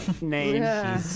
name